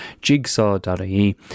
Jigsaw.ie